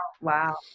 Wow